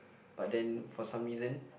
but then for some reason